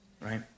Right